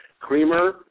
creamer